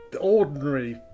ordinary